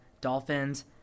dolphins